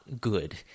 good